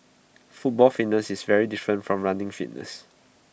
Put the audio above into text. football fitness is very different from running fitness